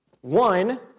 One